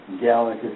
Gallic